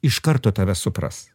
iš karto tave supras